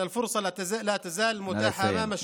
נא לסיים.